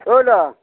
ঐ দা